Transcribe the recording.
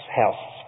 house